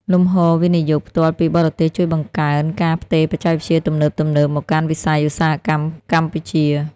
លំហូរវិនិយោគផ្ទាល់ពីបរទេសជួយបង្កើនការផ្ទេរបច្ចេកវិទ្យាទំនើបៗមកកាន់វិស័យឧស្សាហកម្មកម្ពុជា។